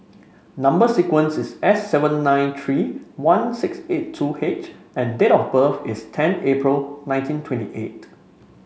number sequence is S seven nine three one six eight two H and date of birth is ten April nineteen twenty eight